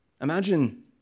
Imagine